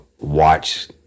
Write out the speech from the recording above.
watch